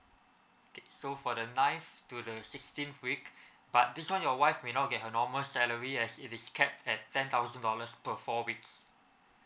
okay so for the nineth to the sixteenth week but this one your wife may not get her normal salary as it is kept at ten thousand dollars per four weeks